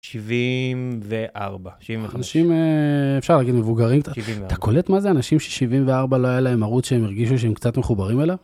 74 75 אנשים אפשר להגיד מבוגרים אתה קולט מה זה אנשים ש 74 לא היה להם ערוץ שהם הרגישו שהם קצת מחוברים אליו.